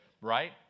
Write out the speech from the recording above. right